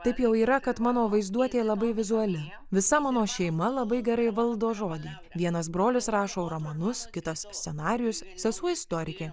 taip jau yra kad mano vaizduotė labai vizuali visa mano šeima labai gerai valdo žodį vienas brolis rašo romanus kitas scenarijus sesuo istorikė